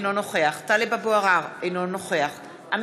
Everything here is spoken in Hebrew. אינו נוכח טלב אבו עראר,